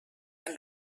and